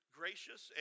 gracious